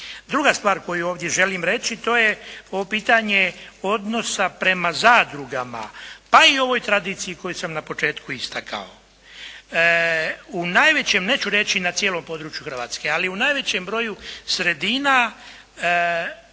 Druga stvar koju ovdje želim reći to je ovo pitanje odnosa prema zadrugama, pa i ovoj tradiciji koju sam na početku istakao. U najvećem, neću reći na cijelom području Hrvatske, ali u najvećem broju sredina